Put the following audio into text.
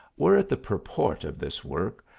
were it the purport of this work,